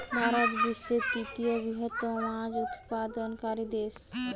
ভারত বিশ্বের তৃতীয় বৃহত্তম মাছ উৎপাদনকারী দেশ